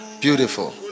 Beautiful